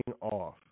off